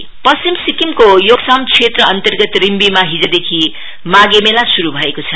रिम्बी मेला पश्चिम सिक्किमको योक्साम क्षेत्रअन्तर्गत रिम्बीमा हिजदेखि माघे मेला शुरु भएको छ